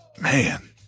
Man